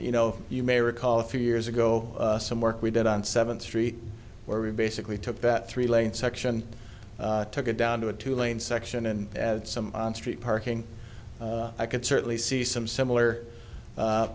you know you may recall a few years ago some work we did on seventh street where we basically took that three lane section took it down to a two lane section and added some on street parking i could certainly see some similar